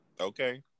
Okay